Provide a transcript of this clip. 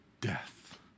death